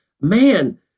man